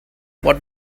what